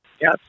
Yes